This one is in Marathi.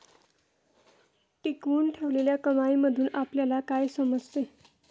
टिकवून ठेवलेल्या कमाईमधून आपल्याला काय समजते?